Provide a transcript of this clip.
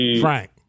Frank